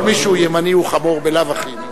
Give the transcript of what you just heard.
כל מי שהוא ימני הוא חמור בלאו הכי.